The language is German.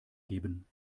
geben